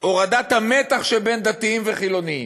הורדת המתח שבין דתיים לחילונים,